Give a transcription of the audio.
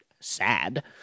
sad